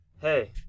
Hey